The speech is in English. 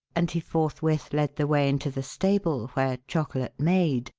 and he forthwith led the way into the stable where chocolate maid,